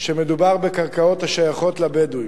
שמדובר בקרקעות השייכות לבדואים.